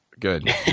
Good